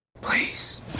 Please